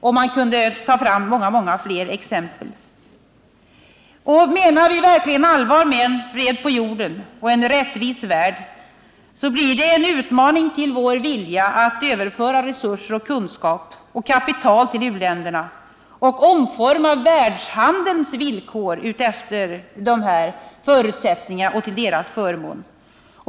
Och man kunde ta fram många fler exempel. Menar vi verkligen allvar med talet om fred på jorden och en rättvis värld blir det en utmaning för vår vilja att överföra resurser, kunskap och kapital till u-länderna och att omforma världshandelns villkor efter dessa förutsättningar och till deras förmån.